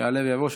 יעלה ויבוא.